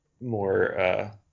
more